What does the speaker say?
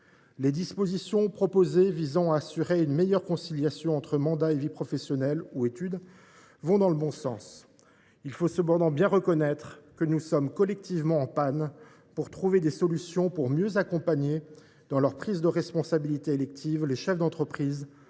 Les dispositions proposées visant à assurer une meilleure conciliation entre mandat et vie professionnelle ou mandat et études vont dans le bon sens. Il faut cependant bien reconnaître que nous sommes collectivement en panne pour trouver des solutions afin de mieux accompagner les chefs d’entreprise,